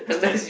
then